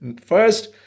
First